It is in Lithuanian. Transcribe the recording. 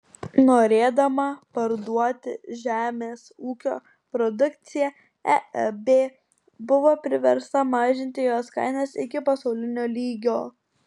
norėdama parduoti žemės ūkio produkciją eeb buvo priversta mažinti jos kainas iki pasaulinio lygio